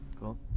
Cool